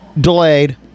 delayed